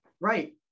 Right